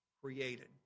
created